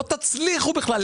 לא תצליחו בכלל,